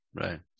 right